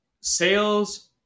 sales